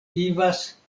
vivas